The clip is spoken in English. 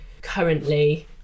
currently